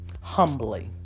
humbly